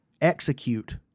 execute